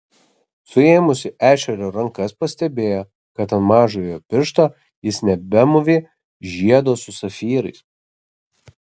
suėmusi ešerio rankas pastebėjo kad ant mažojo piršto jis nebemūvi žiedo su safyrais